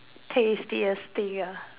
tastiest thing ah